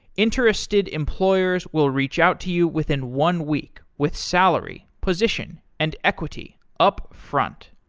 interested employers will reach out to you within one week with salary, position, and equity upfront.